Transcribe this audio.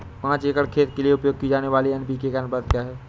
पाँच एकड़ खेत के लिए उपयोग की जाने वाली एन.पी.के का अनुपात क्या है?